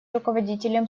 руководителем